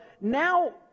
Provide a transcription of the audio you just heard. now